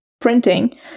printing